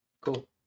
Cool